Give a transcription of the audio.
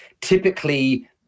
typically